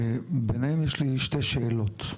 ביניהם יש לי שתי שאלות,